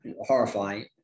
horrifying